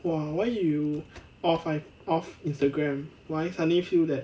!wah! why you of~ (one) off Instagram why suddenly feel that